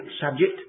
subject